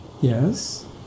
Yes